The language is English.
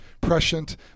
prescient